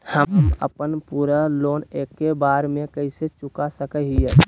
हम अपन पूरा लोन एके बार में कैसे चुका सकई हियई?